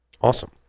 Awesome